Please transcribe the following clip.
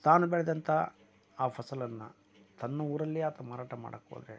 ತಾನು ಬೆಳೆದಂತ ಆ ಫಸಲನ್ನು ತನ್ನ ಊರಲ್ಲಿ ಆತ ಮಾರಾಟ ಮಾಡೋಕ್ಕೋದ್ರೆ